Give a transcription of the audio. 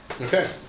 Okay